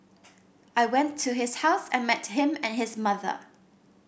I went to his house and met him and his mother